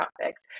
topics